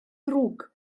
ddrwg